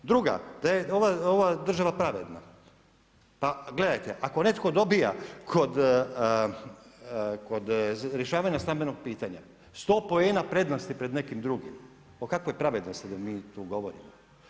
Druga da je ova država pravedna, pa gledajte ako netko dobija kod rješavanja stambenog pitanja sto poena prednosti pred nekim drugim, o kakvoj pravednosti da mi tu govorimo.